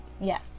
Yes